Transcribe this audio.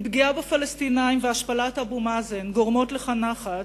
אם פגיעה בפלסטינים והשפלת אבו מאזן גורמות לך נחת,